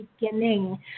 beginning